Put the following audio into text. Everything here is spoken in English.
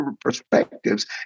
perspectives